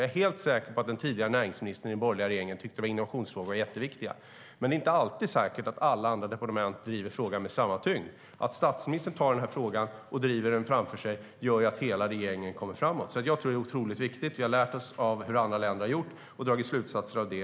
Jag är helt säker på att den tidigare näringsministern i den borgerliga regeringen tyckte att innovationsfrågor var jätteviktiga. Men det är inte alltid säkert att alla andra departement driver frågorna med samma tyngd. Att statsministern tar den här frågan och driver den framför sig gör att hela regeringen kommer framåt. Jag tror att det är otroligt viktigt. Vi har lärt oss av hur andra länder har gjort och dragit slutsatser av det.